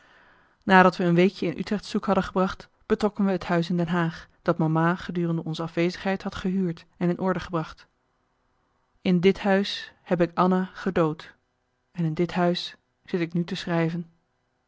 nadat we een weekje in utrecht zoek hadden gebracht betrokken we het huis in den haag dat mama gedurende onze afwezigheid had gehuurd en in orde gebracht in dit huis heb ik anna gedood en in dit huis zit ik nu te schrijven